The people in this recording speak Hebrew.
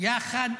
יחד